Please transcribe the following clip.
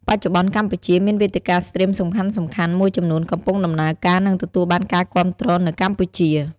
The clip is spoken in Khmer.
បច្ចុប្បន្នកម្ពុជា មានវេទិកាស្ទ្រីមសំខាន់ៗមួយចំនួនកំពុងដំណើរការ និងទទួលបានការគាំទ្រនៅកម្ពុជា។